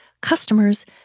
customers